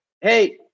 Hey